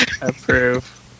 Approve